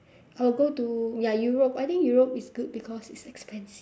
I'll go to ya europe I think europe is good because it's expensive